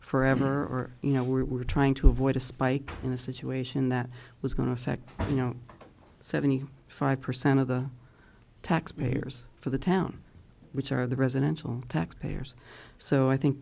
forever or you know we were trying to avoid a spike in a situation that was going to affect you know seventy five percent of the taxpayers for the town which are the residential tax payers so i think